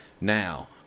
Now